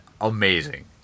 amazing